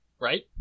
Right